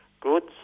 goods